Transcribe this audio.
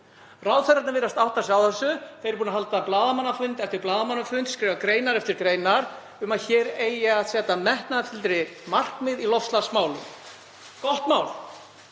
Ráðherrarnir virðast átta sig á þessu. Þeir eru búnir að halda blaðamannafund eftir blaðamannafund, skrifa greinar eftir greinar um að hér eigi að setja metnaðarfyllri markmið í loftslagsmálum. Gott mál.